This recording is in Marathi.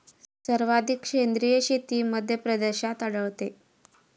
सर्वाधिक सेंद्रिय शेती मध्यप्रदेशात आढळते